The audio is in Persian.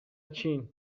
چین